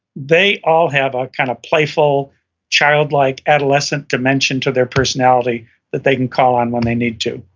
they all have a kind of playful child-like adolescent dimension to their personality that they can call on when they need to